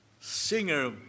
singer